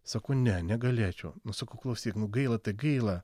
sako ne negalėčiau nu sakau klausyk nu gaila tai gaila